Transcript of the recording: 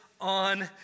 on